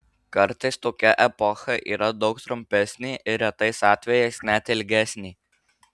kartais tokia epocha yra daug trumpesnė ir retais atvejais net ilgesnė